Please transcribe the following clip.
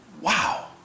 wow